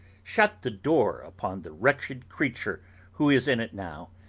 shut the door upon the wretched creature who is in it now,